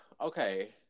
okay